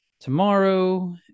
tomorrow